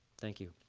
thank you.